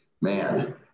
Man